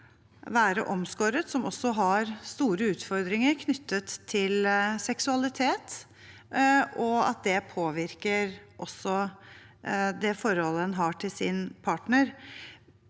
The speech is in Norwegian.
være omskåret, som også har store utfordringer knyttet til seksualitet, og det påvirker forholdet de har til sin partner.